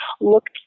looked